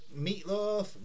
Meatloaf